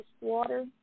water